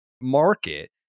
market